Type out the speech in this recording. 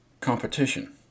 competition